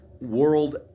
world